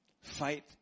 Fight